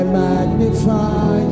magnify